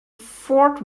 fort